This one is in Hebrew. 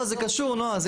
לא, זה קשור נועה.